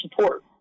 support